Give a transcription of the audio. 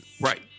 Right